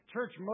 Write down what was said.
Church